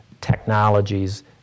technologies